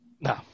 No